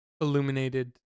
illuminated